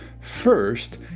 first